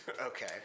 okay